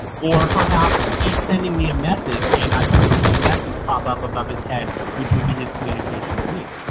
or perhaps he is sending me a message and i can see a message pop up above his head which would be his communication to me.